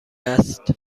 است